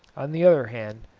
on the other hand,